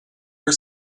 for